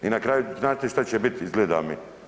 I na kraju znate što će biti izgleda mi?